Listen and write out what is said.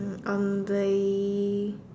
on the